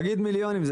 100 מיליון?